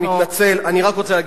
אין נדל"ן כי זה עוסק בפריפריה,